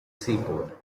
seaport